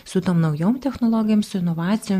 su tom naujom technologijom su inovacijom